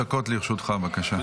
לרשותך, בבקשה.